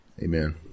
Amen